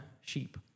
sheep